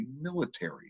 military